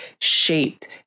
shaped